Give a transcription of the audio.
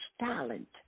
talent